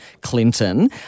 Clinton